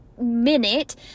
minute